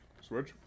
Switch